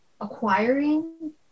acquiring